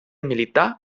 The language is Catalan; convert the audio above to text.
militar